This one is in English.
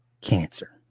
cancer